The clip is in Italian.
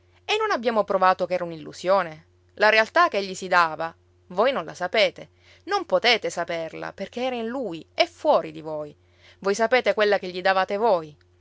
e non abbiamo provato ch'era un'illusione la realtà ch'egli si dava voi non la sapete non potete saperla perché era in lui e fuori di voi voi sapete quella che gli davate voi